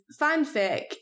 fanfic